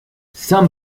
some